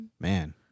Man